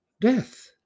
death